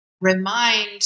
remind